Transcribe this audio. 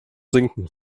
sinken